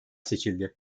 seçildi